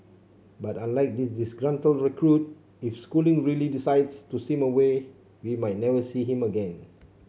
but unlike this disgruntled recruit if schooling really decides to swim away we might never see him again